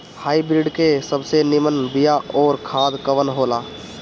Hybrid के सबसे नीमन बीया अउर खाद कवन हो ला?